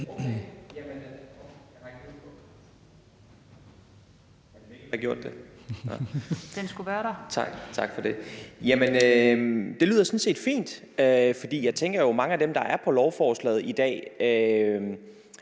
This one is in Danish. Det lyder sådan set fint. For jeg tænker jo, at mange af dem, der er på lovforslaget i dag,